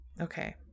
Okay